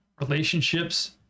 relationships